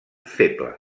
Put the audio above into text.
feble